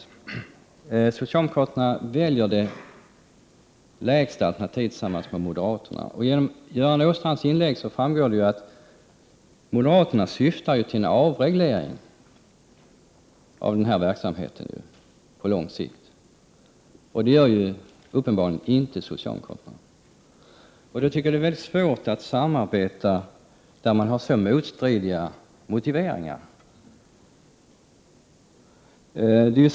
Men socialdemokraterna väljer det lägsta alternativet tillsammans med moderaterna. Av Göran Åstrands inlägg framgår att moderaterna syftar till avreglering av denna verksamhet på lång sikt, och det gör uppenbarligen inte socialdemokraterna. Jag tycker det skulle vara svårt att samarbeta med så motstridiga motiveringar.